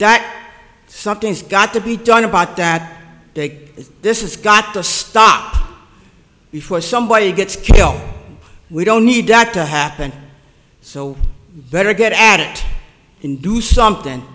that something's got to be done about that this has got to stop before somebody gets killed we don't need that to happen so better get at it and do something